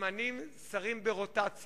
ממנה שרים ברוטציה,